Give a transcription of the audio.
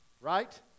right